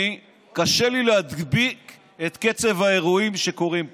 קשה לי להדביק את קצב האירועים שקורים פה.